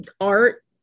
art